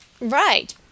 Right